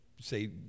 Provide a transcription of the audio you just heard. say